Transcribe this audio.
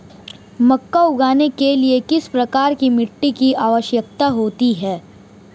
मक्का उगाने के लिए किस प्रकार की मिट्टी की आवश्यकता होती है?